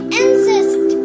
insist